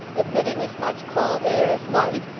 admitting as much cold air as light,